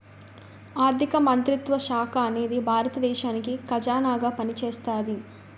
ఆర్ధిక మంత్రిత్వ శాఖ అనేది భారత దేశానికి ఖజానాగా పనిచేస్తాది